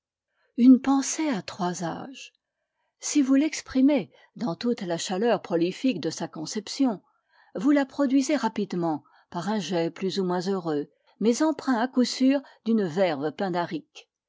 une pensée a trois âges si vous l'exprimez dans toute la chaleur prolifique de sa conception vous la produisez rapidement par un jet plus ou moins heureux mais empreint à coup sûr d'une verve